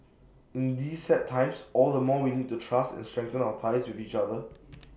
in these sad times all the more we need to trust and strengthen our ties with each other